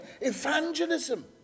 Evangelism